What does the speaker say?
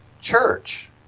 church